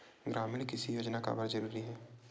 ग्रामीण कृषि योजना काबर जरूरी हे?